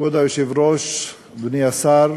כבוד היושב-ראש, אדוני השר,